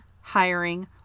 hiring